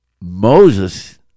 Moses